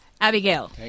abigail